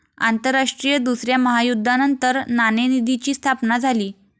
आंतरराष्ट्रीय दुसऱ्या महायुद्धानंतर नाणेनिधीची स्थापना झाली